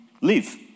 live